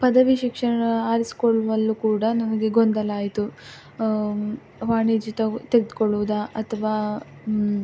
ಪದವಿ ಶಿಕ್ಷಣ ಆರಿಸಿಕೊಳ್ಳುವಲ್ಲೂ ಕೂಡ ನನಗೆ ಗೊಂದಲ ಆಯಿತು ವಾಣಿಜ್ಯ ತೆಗ್ದುಕೊಳ್ಳುವುದ ಅಥ್ವಾ